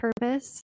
purpose